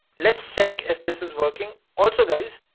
let's check if this is working. also guys,